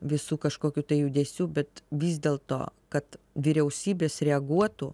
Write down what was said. visų kažkokių tai judesių bet vis dėlto kad vyriausybės reaguotų